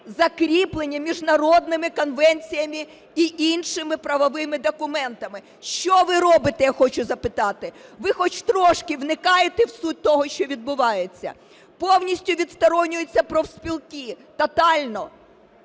закріплені міжнародними конвенціями й іншими правовими документами. Що ви робите, я хочу запитати? Ви хоч трошки вникаєте в суть того, що відбувається? Повністю відсторонюються профспілки, тотально